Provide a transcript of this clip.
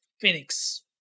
Phoenix